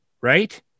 right